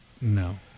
No